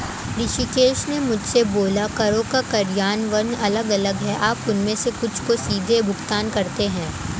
ऋषिकेश ने मुझसे बोला करों का कार्यान्वयन अलग अलग है आप उनमें से कुछ को सीधे भुगतान करते हैं